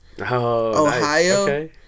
Ohio